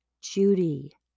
Judy